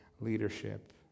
leadership